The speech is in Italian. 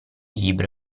libro